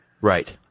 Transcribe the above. Right